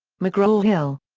mcgraw-hill.